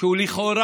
שהוא לכאורה